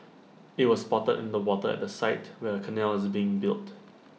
IT was spotted in the water at the site where A canal is being built